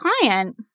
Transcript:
client